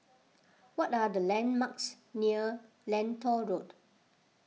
what are the landmarks near Lentor Road